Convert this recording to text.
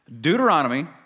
Deuteronomy